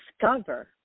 discover